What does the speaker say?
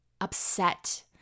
upset